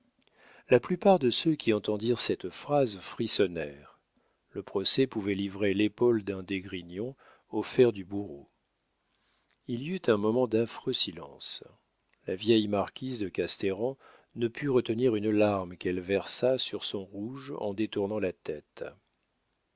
la plupart de ceux qui entendirent cette phrase frissonnèrent le procès pouvait livrer l'épaule d'un d'esgrignon au fer du bourreau il y eut un moment d'affreux silence la vieille marquise de casteran ne put retenir une larme qu'elle versa sur son rouge en détournant la tête